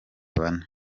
bane